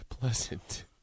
pleasant